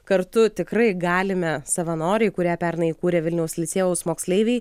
kartu tikrai galime savanoriai kurią pernai įkūrė vilniaus licėjaus moksleiviai